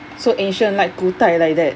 so ancient like 古代 like that